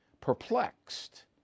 perplexed